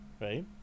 right